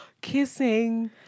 kissing